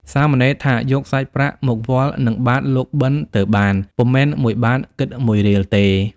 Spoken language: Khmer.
សាមណេរថាយកសាច់ប្រាក់មកវាល់នឹងបាត្រលោកបិណ្ឌទើបបាន ពុំមែន ១បាទ គិត១រៀលទេ។